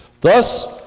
Thus